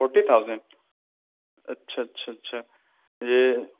forty thousand اچھا اچھا اچھا یہ